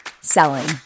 selling